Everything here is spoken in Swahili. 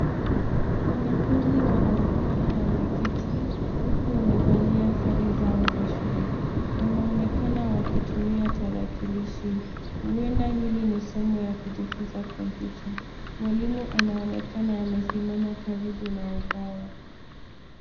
Wanafunzi wanaonekana wameketi huku wamevalia sare zao za shule wanaonekana wakitumia tarakilishi huenda hili ni somo la kujifunza kompyuta mwalimu anaonekana amesimama karibu na ubao.